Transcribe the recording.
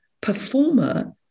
performer